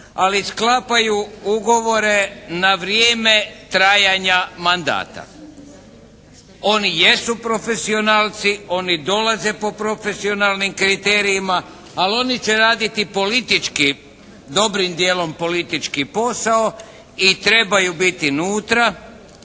ali sklapaju ugovore na vrijeme trajanja mandata. Oni jesu profesionalci, oni dolaze po profesionalnim kriterijima, ali oni će raditi politički, dobrim dijelom politički posao i trebaju biti unutra